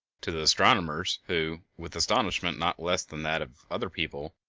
to the astronomers who, with astonishment not less than that of other people,